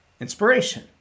Inspiration